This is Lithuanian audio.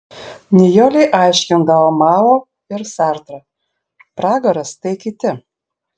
nijolei aiškindavo mao ir sartrą pragaras tai kiti